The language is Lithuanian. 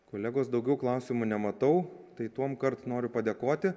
kolegos daugiau klausimų nematau tai tuomkart noriu padėkoti